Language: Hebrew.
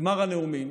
בגמר הנאומים